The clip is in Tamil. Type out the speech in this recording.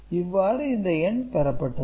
இவ்வாறு இந்த எண் பெறப்பட்டது